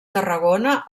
tarragona